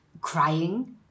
crying